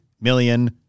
million